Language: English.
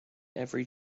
every